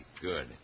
Good